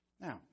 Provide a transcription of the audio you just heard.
Now